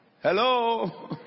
Hello